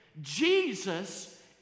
Jesus